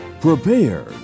Prepare